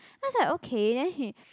then I was like okay then he